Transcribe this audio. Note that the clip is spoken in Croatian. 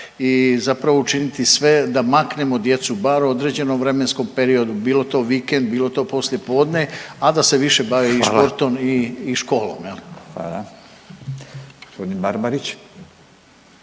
i zapravo učiniti sve da maknemo djecu, bar u određenom vremenskom periodu, bilo to vikend, bilo to poslijepodne, a da se više bave i športom i .../Upadica: Hvala./...